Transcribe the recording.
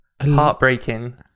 heartbreaking